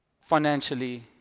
financially